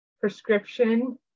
prescription